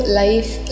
life